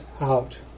out